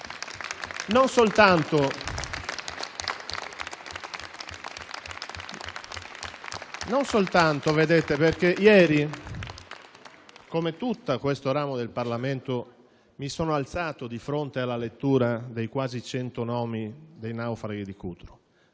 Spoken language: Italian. non soltanto perché ieri, come tutto questo ramo del Parlamento, mi sono alzato di fronte alla lettura dei quasi 100 nomi dei naufraghi di Cutro,